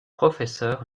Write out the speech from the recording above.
professeur